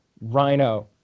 Rhino